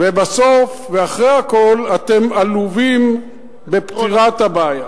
ובסוף, ואחרי הכול, אתם עלובים בפתירת הבעיה.